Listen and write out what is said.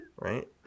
Right